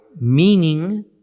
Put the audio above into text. meaning